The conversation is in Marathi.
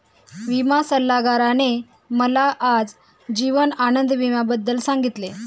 विमा सल्लागाराने मला आज जीवन आनंद विम्याबद्दल सांगितले